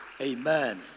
Amen